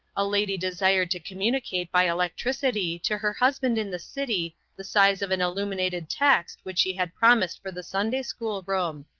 a lady desired to communicate by electricity to her husband in the city the size of an illuminated text which she had promised for the sunday-school room.